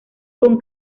con